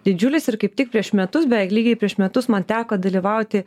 didžiulis ir kaip tik prieš metus beveik lygiai prieš metus man teko dalyvauti